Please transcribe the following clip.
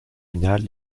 finale